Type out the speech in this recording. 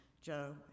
Joe